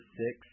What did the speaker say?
six